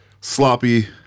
Sloppy